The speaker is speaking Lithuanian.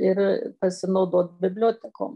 ir pasinaudot bibliotekom